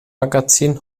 magazin